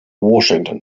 washington